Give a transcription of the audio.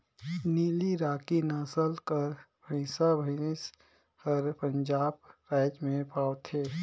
नीली राकी नसल कर भंइसा भंइस हर पंजाब राएज में पवाथे